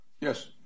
Yes